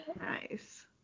Nice